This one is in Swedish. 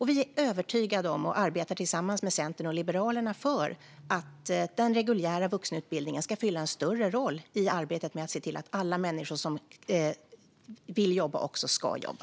Vi är övertygade om och arbetar tillsammans med Centern och Liberalerna för att den regionala vuxenutbildningen ska fylla en större roll i arbetet med att se till att alla människor som vill jobba också ska jobba.